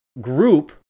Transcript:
group